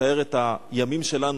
מתאר את הימים שלנו,